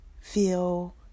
feel